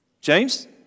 James